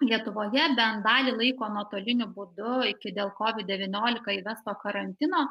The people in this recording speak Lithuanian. lietuvoje bent dalį laiko nuotoliniu būdu iki dėl covid devyniolika įvesto karantino